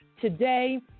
today